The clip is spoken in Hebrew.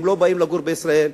הם לא באים לגור בישראל,